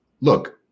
look